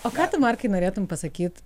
o ką tu markai norėtum pasakyt